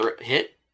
hit